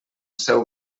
seu